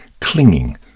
clinging